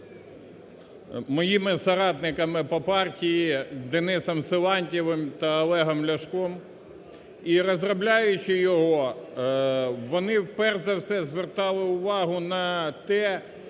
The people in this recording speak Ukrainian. моїми соратниками по партії Денисом Силантьєвим та Олегом Ляшком. І розробляючи його вони перш за все звертали увагу на те,